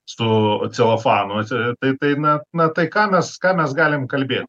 su celofanu atsi tai tai na na tai ką mes ką mes galim kalbėt